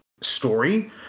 story